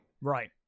right